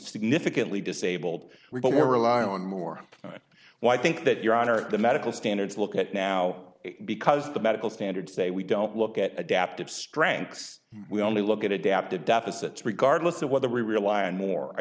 significantly disabled we're relying on more right well i think that your honor the medical standards look at now because the medical standards say we don't look at adaptive strengths we only look at adaptive deficit's regardless of whether we rely on more i